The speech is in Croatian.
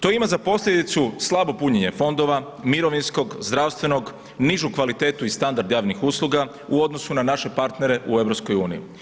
To ima za posljedicu slabo punjenje fondova, mirovinskog, zdravstvenog, nižu kvalitetu i standard javnih usluga, u odnosu na naše partnere u EU.